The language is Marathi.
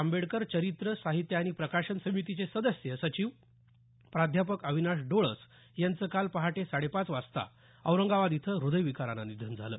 आंबेडकर चरित्र साहित्य आणि प्रकाशन समितीचे सदस्य सचिव प्राध्यापक अविनाश डोळस यांचं काल पहाटे साडे पाच वाजता औरंगाबाद इथं हृदयविकारानं निधन झालं